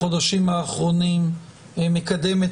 בחודשים האחרונים חברת הכנסת רוזין מקדמת